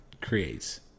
creates